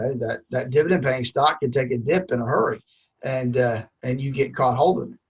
that that dividend paying stock can take a dip in a hurry and and you get caught holding.